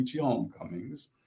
homecomings